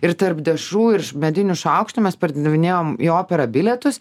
ir tarp dešrų ir medinių šaukštų mes pardavinėjom į operą bilietus